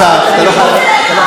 השר, אתה לא חייב לענות.